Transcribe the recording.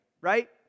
right